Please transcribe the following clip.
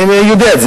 אני יודע את זה,